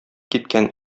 киткән